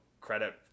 credit